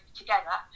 together